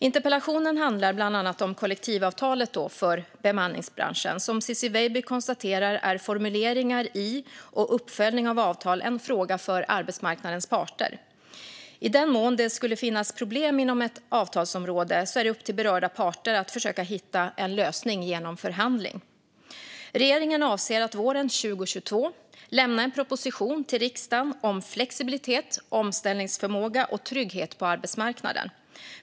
Interpellationen handlar bland annat om kollektivavtalet för bemanningsbranschen. Som Ciczie Weidby konstaterar är formuleringar i och uppföljning av avtal en fråga för arbetsmarknadens parter. I den mån det skulle finnas problem inom ett avtalsområde är det upp till berörda parter att försöka hitta en lösning genom förhandling. Regeringen avser att våren 2022 lämna en proposition till riksdagen om flexibilitet, omställningsförmåga och trygghet på arbetsmarknaden.